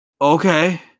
Okay